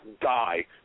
die